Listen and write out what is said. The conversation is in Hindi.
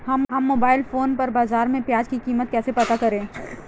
हम मोबाइल फोन पर बाज़ार में प्याज़ की कीमत कैसे पता करें?